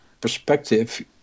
perspective